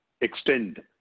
extend